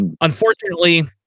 unfortunately